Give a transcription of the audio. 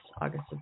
August